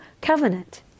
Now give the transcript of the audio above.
covenant